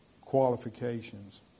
qualifications